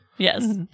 Yes